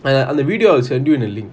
அந்த:antha video I'll send you the link